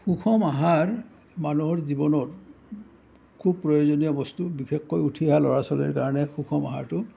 সুষম আহাৰ মানুহৰ জীৱনত খুব প্ৰয়োজনীয় বস্তু বিশেষকৈ উঠি অহা ল'ৰা ছোৱালীৰ কাৰণে সুষম আহাৰটো